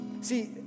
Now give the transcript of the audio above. See